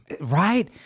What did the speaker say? Right